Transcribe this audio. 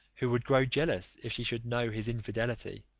who would grow jealous if she should know his infidelity.